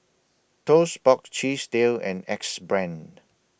Toast Box Chesdale and Axe Brand